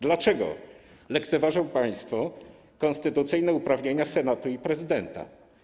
Dlaczego lekceważą państwo konstytucyjne uprawnienia Senatu i prezydenta?